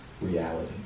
Reality